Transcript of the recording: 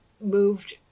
moved